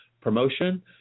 Promotion